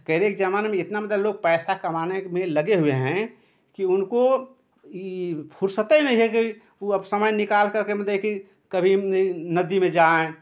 ज़माने में इतना मतलब लोग पैसा कमाने में लगे हुए हैं कि उनको यह फ़ुरसत ही नहीं है कि वह अब समय निकाल करके मतलब कि कभी नदी में जाएँ